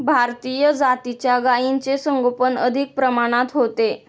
भारतीय जातीच्या गायींचे संगोपन अधिक प्रमाणात होते